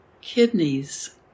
kidneys